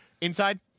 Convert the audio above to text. Inside